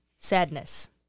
Sadness